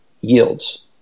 yields